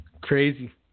Crazy